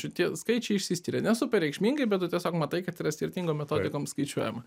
šitie skaičiai išsiskiria ne super reikšmingai bet tu tiesiog matai kad yra skirtingom metodikom skaičiuojama